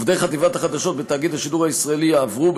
עובדי חטיבת החדשות בתאגיד השידור הישראלי יעברו,